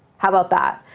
how about that?